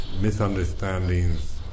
misunderstandings